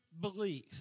believe